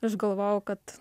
aš galvojau kad